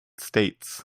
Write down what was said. states